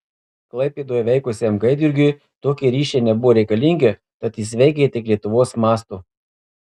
klaipėdoje veikusiam gaidjurgiui tokie ryšiai nebuvo reikalingi tad jis veikė tik lietuvos mastu